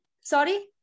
Sorry